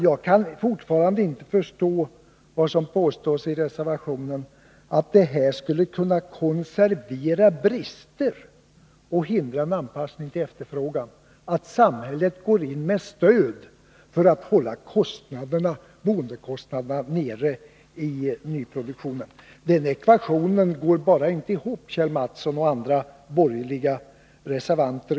Jag kan fortfarande inte förstå det som påstås i reservationen, att det skulle konservera brister och hindra en anpassning till efterfrågan att samhället går in med stöd för att hålla boendekostnaderna nere i nyproduktionen. Den ekvationen går bara inte ihop, Kjell Mattsson och andra borgerliga reservanter!